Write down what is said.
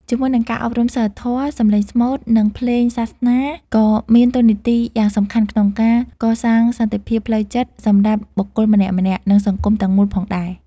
ជាមួយនឹងការអប់រំសីលធម៌ សម្លេងស្មូត និងភ្លេងសាសនាក៏មានតួនាទីយ៉ាងសំខាន់ក្នុងការកសាងសន្តិភាពផ្លូវចិត្តសម្រាប់បុគ្គលម្នាក់ៗ និងសង្គមទាំងមូលផងដែរ។